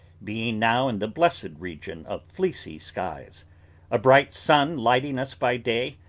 being now in the blessed region of fleecy skies a bright sun lighting us by day,